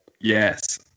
Yes